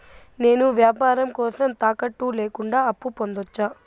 నేను వ్యాపారం కోసం తాకట్టు లేకుండా అప్పు పొందొచ్చా?